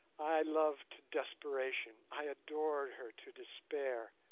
i loved to desperation, i adored her to despair.